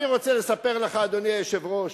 אני רוצה לספר לך, אדוני היושב-ראש,